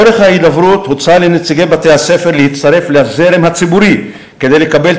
לאורך ההידברות הוצע לנציגי בתי-הספר להצטרף לזרם הציבורי כדי לקבל